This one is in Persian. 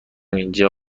اینجا